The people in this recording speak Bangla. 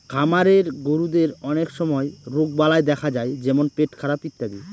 খামারের গরুদের অনেক সময় রোগবালাই দেখা যায় যেমন পেটখারাপ ইত্যাদি